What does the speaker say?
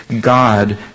God